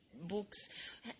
books